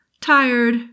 Tired